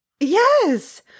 Yes